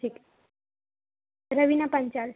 ठीक है रवीना पांचाल